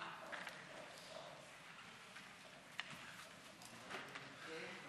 4 בדצמבר 2017. אני מתכבד